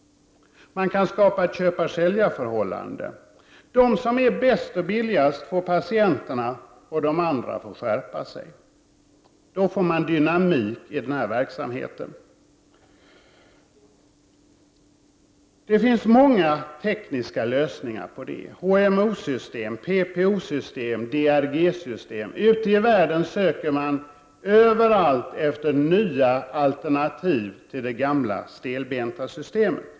Man kan skapa ett köpar-säljar-förhållande. De som är bäst och billigast får patienterna, och de andra får skärpa sig. Då får man dynamik i verksamheten. Det finns många tekniska lösningar på det: HMO-system, PPO-system, DRG-system. Ute i världen söker man överallt efter nya alternativ till det gamla stelbenta systemet.